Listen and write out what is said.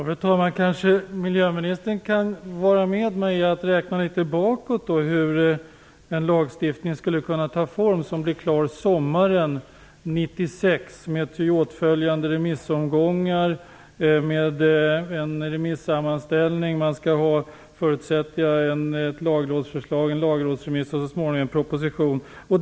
Fru talman! Kanske miljöministern kan hjälpa mig att räkna bakåt när det gäller hur en lagstiftning skulle kunna bli klar sommaren 1996 med ty åtföljande remissomgångar och med en remissammanställning. Jag förutsätter att det skall bli en lagrådsremiss, och så småningom skall en proposition framläggas.